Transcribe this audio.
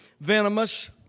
venomous